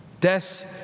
Death